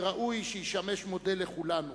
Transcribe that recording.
שראוי שישמש מודל לכולנו,